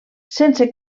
sense